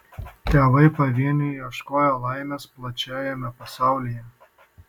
tėvai pavieniui ieškojo laimės plačiajame pasaulyje